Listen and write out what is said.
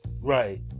right